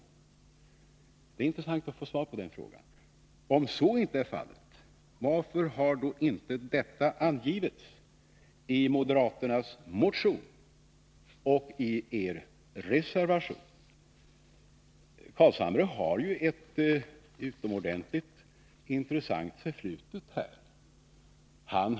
Det vore intressant att få svar på den frågan. Om så inte är fallet, varför har då inte detta angetts i moderaternas motion och i er reservation? Herr Carlshamre har ju ett intressant förflutet när det gäller detta ärende.